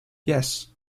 yes